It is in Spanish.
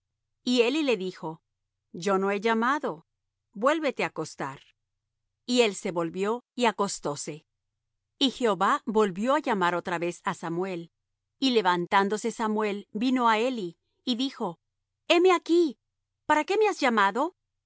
me llamaste y eli le dijo yo no he llamado vuélvete á acostar y él se volvió y acostóse y jehová volvió á llamar otra vez á samuel y levantándose samuel vino á eli y dijo heme aquí para qué me has llamado